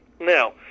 Now